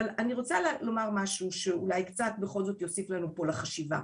אבל אני רוצה לומר אם אפשר משהו שאולי קצת בכל זאת יוסיף לנו פה לחשיבה.